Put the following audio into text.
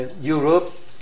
Europe